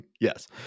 yes